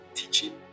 teaching